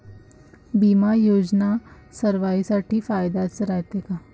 बिमा योजना सर्वाईसाठी फायद्याचं रायते का?